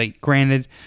Granted